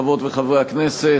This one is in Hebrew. חברות וחברי הכנסת,